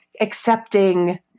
accepting